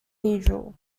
cathedral